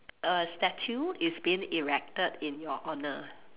a statue is being erected in you honour